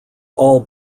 all